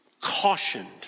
cautioned